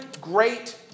great